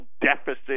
deficit